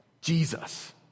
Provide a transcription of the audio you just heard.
Jesus